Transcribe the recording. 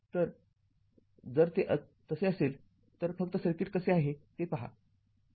तर जर ते तसे असेल तर फक्त सर्किट कसे आहे ते पहा